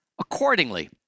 accordingly